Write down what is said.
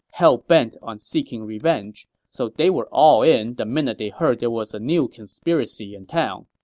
hell bent on seeking revenge, so they were all in the minute they heard there was a new conspiracy in town